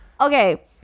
Okay